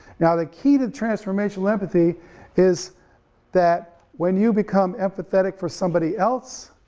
now, the key to transformational empathy is that when you become empathetic for somebody else,